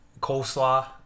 Coleslaw